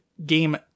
game